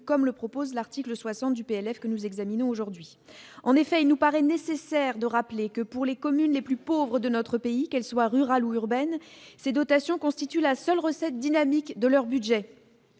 comme le propose l'article 60 du PLR que nous examinons aujourd'hui en effet, il nous paraît nécessaire de rappeler que pour les communes les plus pauvres de notre pays, qu'elles soient rurales ou urbaines ces dotations constitue la seule recette dynamique de leur budget,